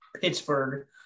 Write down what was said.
Pittsburgh